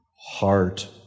heart